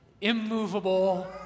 immovable